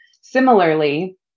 Similarly